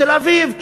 בתל-אביב,